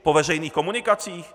Po veřejných komunikacích?